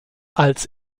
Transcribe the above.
als